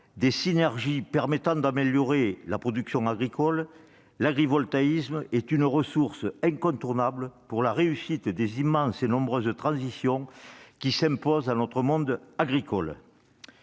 des synergies permettant d'améliorer la production agricole, l'agrivoltaïsme constitue une ressource incontournable pour la réussite des immenses et nombreuses transitions qui s'imposent à notre monde agricole.